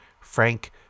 Frank